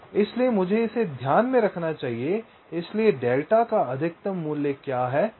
इसलिए मुझे इसे ध्यान में रखना चाहिए इसलिए डेल्टा का अधिकतम मूल्य क्या है